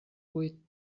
vuit